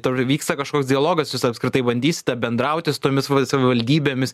toliau vyksta kažkoks dialogas jūs apskritai bandysite bendrauti su tomis savivaldybėmis